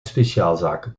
speciaalzaken